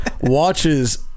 watches